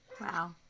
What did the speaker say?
Wow